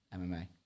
MMA